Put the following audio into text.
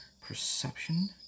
perception